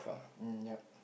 um yup